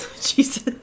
Jesus